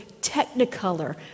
technicolor